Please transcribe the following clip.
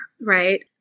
right